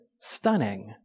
stunning